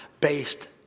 based